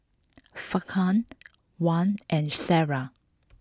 Farhan Wan and Sarah